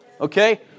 Okay